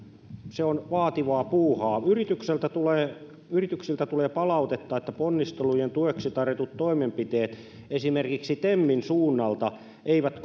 se on vaativaa puuhaa yrityksiltä tulee yrityksiltä tulee palautetta että ponnistelujen tueksi tarjotut toimenpiteet esimerkiksi temin suunnalta eivät